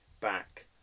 back